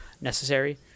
necessary